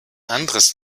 anderes